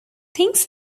things